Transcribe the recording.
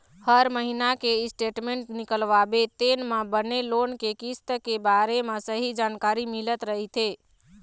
हर महिना के स्टेटमेंट निकलवाबे तेन म बने लोन के किस्त के बारे म सहीं जानकारी मिलत रहिथे